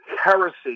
heresy